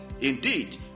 Indeed